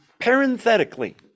Parenthetically